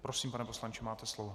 Prosím, pane poslanče, máte slovo.